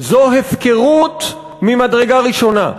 זו הפקרות ממדרגה ראשונה.